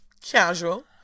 Casual